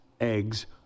eggs